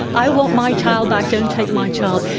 i want my child back, don't take my child!